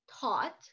taught